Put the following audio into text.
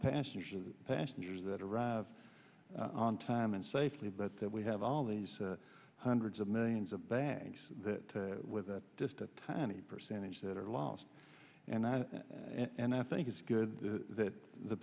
pastiches passengers that arrive on time and safely but that we have all these hundreds of millions of banks that with just a tiny percentage that are lost and i and i think it's good that the